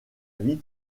vie